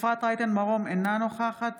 אפרת רייטן מרום, אינה נוכחת